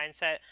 mindset